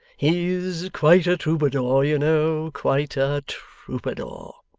he's quite a troubadour, you know quite a troubadour